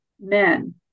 men